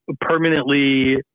permanently